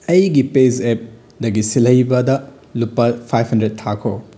ꯑꯩꯒꯤ ꯄꯦꯖꯑꯦꯞꯇꯒꯤ ꯁꯤꯜꯍꯩꯕꯗ ꯂꯨꯄꯥ ꯐꯥꯏꯚ ꯍꯟꯗ꯭ꯔꯦꯠ ꯊꯥꯈꯣ